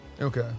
okay